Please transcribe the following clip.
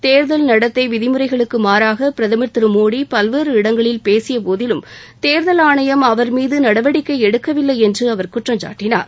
தேர்தல் நடத்தை விதிமுறைகளுக்கு மாறாக பிரதமர் திரு மோடி பல்வேறு இடங்களில் பேசியபோதிலும் தேர்தல் ஆணையம் அவர் மீது நடவடிக்கை எடுக்கவில்லை என்று குற்றம் சாட்டினார்